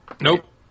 Nope